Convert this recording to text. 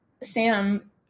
Sam